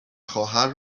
خواهر